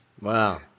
Wow